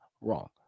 wrong